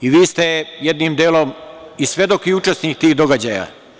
I vi ste jednim delom i svedok i učesnik tih događaja.